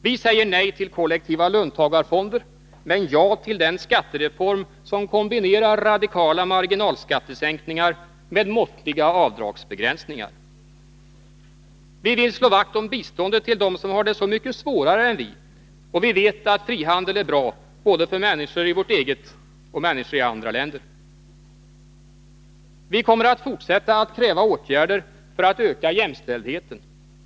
Vi säger nej till kollektiva löntagarfonder, men ja till den skattereform som kombinerar radikala marginalskattesänkningar med måttliga avdragsbegränsningar. Vi vill slå vakt om biståndet till dem som har det så mycket svårare än vi, och vi vet att frihandel är bra både för människor i vårt eget land och för människor i andra länder. Vi kommer att fortsätta att kräva åtgärder för att öka jämställdheten.